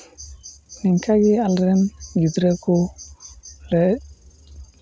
ᱱᱤᱝᱠᱟᱜᱮ ᱟᱞᱮᱨᱮᱱ ᱜᱤᱫᱽᱨᱟᱹ ᱠᱚᱞᱮ